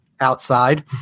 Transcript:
outside